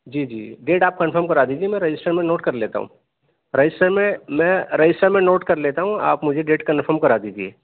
جی جی ڈیٹ آپ کنفرم کرا دیجے میں رجسٹر میں نوٹ کر لیتا ہوں رجسٹر میں میں رجسٹر میں نوٹ کر لیتا ہوں آپ مجھے ڈیٹ کنفرم کرا دیجیے